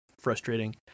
frustrating